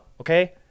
okay